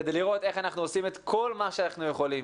כדי לראות איך אנחנו עושים את כל מה שאנחנו יכולים,